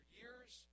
years